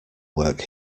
work